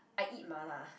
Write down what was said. I eat mala